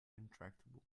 intractable